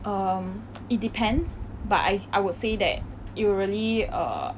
um it depends but I I would say that it will really err